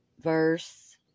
Verse